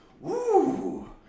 Woo